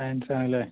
science ആണ് അല്ലേ